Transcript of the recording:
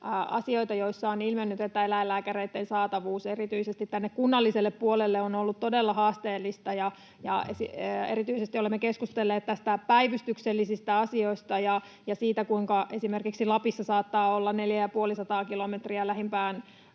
joista on ilmennyt, että eläinlääkäreitten saatavuus erityisesti kunnallisella puolella on ollut todella haasteellista. Erityisesti olemme keskustelleet päivystyksellisistä asioista ja siitä, kuinka esimerkiksi Lapissa saattaa olla neljä ja puoli sataa kilometriä lähimpään